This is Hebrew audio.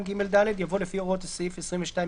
22ג(ד)" יבוא "לפי הוראות סעיף 22יט(ג)"."